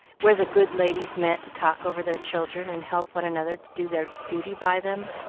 where the good ladies met to talk over their children, and help one another to do their duty by them.